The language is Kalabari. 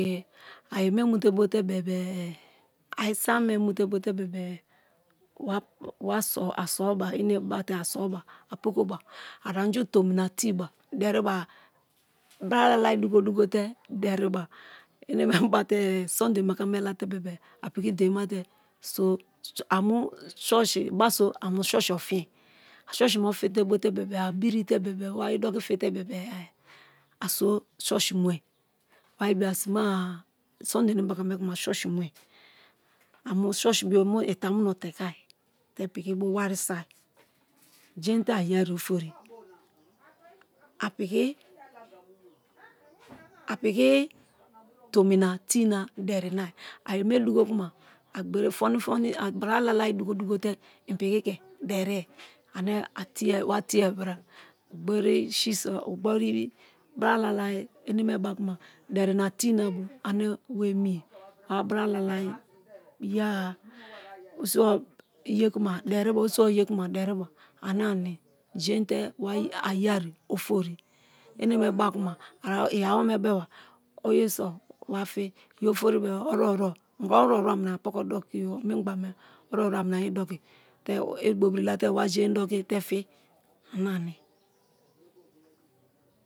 Aye me mute bote bebe-e, a isam me mute bote bebe-e a so-oba omebate-e aso-oba a pokoba, a anyu tomina kee ba deriba, bra lalai dugo dugo te deriba oneme ba-atere sunday onebaka me late bebe-e a piki dein ma te so baso a mu churchi ofiriye church me ofin te bote bebea abi ri te bebere wa ye doki fite bebere a so church mue waribo a sima-a sunday anebaka me kumm a church mure a mu church bo mu itamu no tekai te piki bo wari soi jein te a ye ye ofori a piki a piki tomi na te̱e̱ na derina a ye me dugu kuma a bra lalai dugo dugo te i piki ke derie ane a teē wa tēē bra gbori si so bra lalai enemeba-a kuma deri na tēē na bo ane wa emi ye, wa bra lalai ye-a so iyekuma deriba osi bo ye kuma deriba ana ni jein te a yeriye ofori oneme ba-a ku a iyaeoome beba oye so wa fi ye ofori be-e oruwo ruwo nigwa onowooruwo a mira poke doki-o miingba me oruwo-ruwo a mina yea doki te bobivi la te-e wa jein doki te fi ana ni